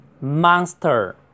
monster